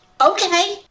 Okay